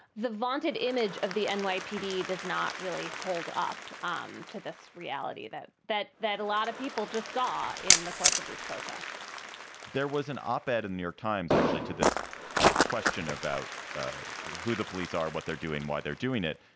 the vaunted image of the and nypd does not really hold up um to this reality that that that a lot of people just saw in the course of these protests there was an op ed in new york times actually to this question about who the police are, what they're doing, why they're doing it.